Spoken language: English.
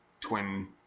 twin